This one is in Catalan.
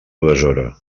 besora